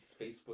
Facebook